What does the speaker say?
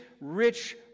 rich